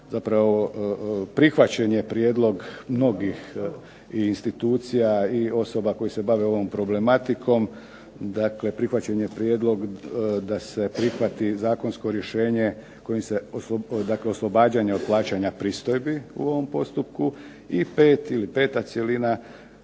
zapravo prihvaćen je prijedlog mnogih i institucija i osoba koji se bave ovom problematikom. Dakle, prihvaćen je prijedlog da se prihvati zakonsko rješenje kojim se, dakle oslobađanja od plaćanja pristojbi u ovom postupku. I pet ili peta cjelina